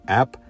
app